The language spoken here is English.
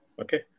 okay